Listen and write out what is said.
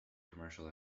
commercial